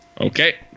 Okay